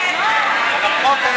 אם כן,